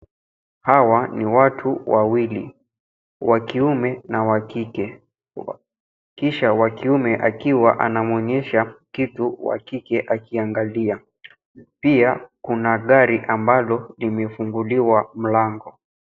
Hawa ni watu wawili, wa kiume na wa kike, kisha wa kiume akiwa anamwonyesha wa kitu wa kike akiangalia. Pia kuna gari ambalo limefunguliwa mlango.